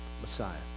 Messiah